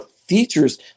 features